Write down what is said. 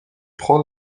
prend